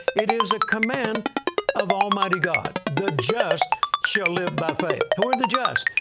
it is a command of almighty god. the just shall live by faith. who are the just?